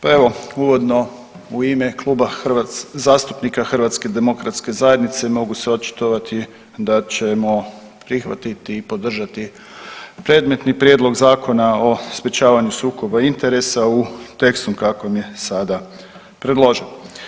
Pa evo uvodno u ime Kluba zastupnika HDZ-a mogu se očitovati da ćemo prihvatiti i podržati predmetni Prijedlog Zakona o sprečavanju sukoba interesa u tekstu u kakvom je sada predložen.